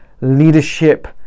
leadership